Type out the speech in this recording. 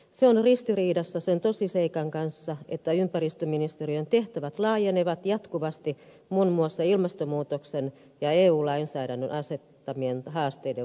se on ristiriidassa sen tosiseikan kanssa että ympäristöministeriön tehtävät laajenevat jatkuvasti muun muassa ilmastonmuutoksen ja eu lainsäädännön asettamien haasteiden vuoksi